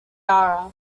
ara